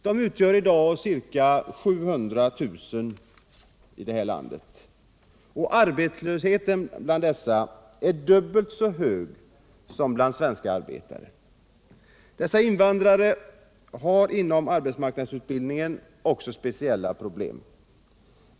De uppgår i dag här i landet till ca 700 000. Arbetslösheten bland dem är dubbelt så hög som bland svenska arbetare. Dessa invandrare har också speciella problem inom arbetsmarknadsutbildningen.